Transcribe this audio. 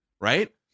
right